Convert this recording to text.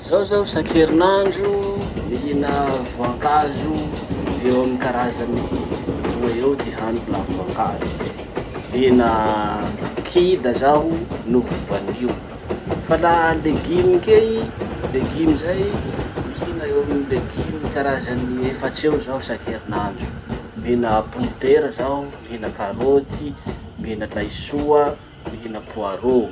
Zaho zao isaky herinandro, mihina voankazo eo amin'ny karazany roa eo ty haniko laha voankazo zay. Mihina kida zaho noho voanio. Fa laha legume kea i, legume zay, mihina eo amin'ny legumes karazany efatry eo zaho isaky herinandro. Mihina pondetera zaho, mihina karoty, mihina laisoa, mihina poirot.